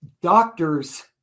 doctors